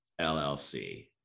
LLC